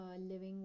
living